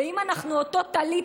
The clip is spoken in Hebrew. ואם אנחנו עוטות טלית,